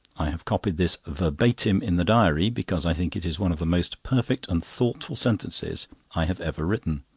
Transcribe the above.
i have copied this verbatim in the diary, because i think it is one of the most perfect and thoughtful sentences i have ever written.